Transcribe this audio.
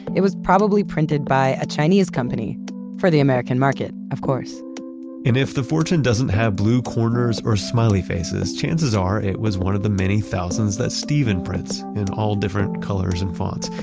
it was probably printed by a chinese company for the american market, of course and if the fortune doesn't have blue corners or smiley faces, chances are it was one of the many thousands that steven prints in all different colors and fonts,